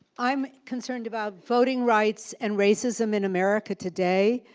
i'm concerned about voting rights and racism in america today.